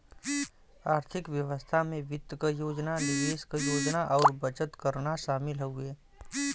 आर्थिक व्यवस्था में वित्त क योजना निवेश क योजना और बचत करना शामिल हउवे